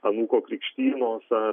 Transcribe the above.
anūko krikštynos ar